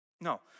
No